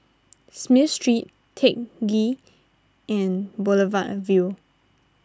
Smith Street Teck Ghee and Boulevard Vue